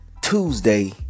tuesday